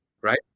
right